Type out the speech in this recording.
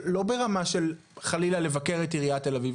לא ברמה של חלילה לבקר את עיריית תל אביב,